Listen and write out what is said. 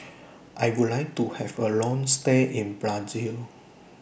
I Would like to Have A Long stay in Brazil